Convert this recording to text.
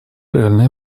реальное